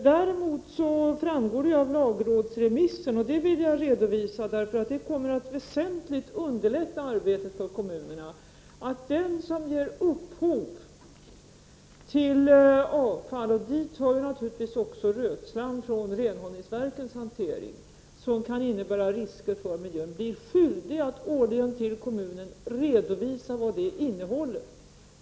Däremot framgår av lagrådsremissen — det vill jag redovisa därför att det kommer att väsentligt underlätta arbetet för kommunerna — att den som ger upphov till avfall, och dit hör naturligtvis också rötslam från renhållningsverkens hantering, som kan innebära risker för miljön blir skyldig att årligen till kommunen redovisa vad det innehåller.